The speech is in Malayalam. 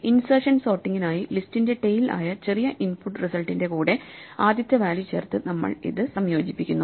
ഇൻസെർഷൻ സോർട്ടിങ്ങിനായി ലിസ്റ്റിന്റെ ടെയിൽ ആയ ചെറിയ ഇൻപുട്ട് റിസൾട്ടിന്റെ കൂടെ ആദ്യത്തെ വാല്യൂ ചേർത്ത് നമ്മൾ ഇത് സംയോജിപ്പിക്കുന്നു